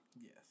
Yes